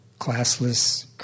classless